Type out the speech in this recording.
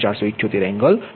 478 angle 220